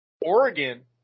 Oregon